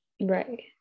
Right